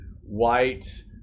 white